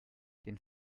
den